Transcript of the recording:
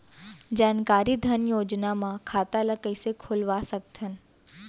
जानकारी धन योजना म खाता ल कइसे खोलवा सकथन?